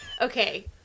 Okay